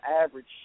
average